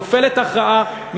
נופלת הכרעה,